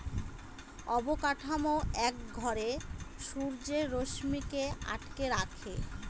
অবকাঠামো এক ঘরে সূর্যের রশ্মিকে আটকে রাখে